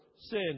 sin